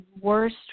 worst